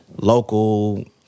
local